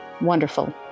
Wonderful